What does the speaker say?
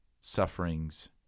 sufferings